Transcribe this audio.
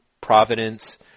Providence